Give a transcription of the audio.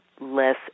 less